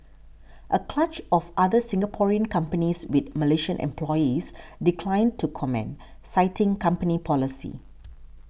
a clutch of other Singaporean companies with Malaysian employees declined to comment citing company policy